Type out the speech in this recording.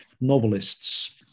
novelists